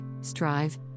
strive